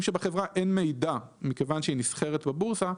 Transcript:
שבחברה אין מידע מכיוון שהיא נסחרת בבורסה,